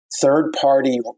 Third-party